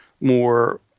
More